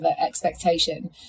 expectation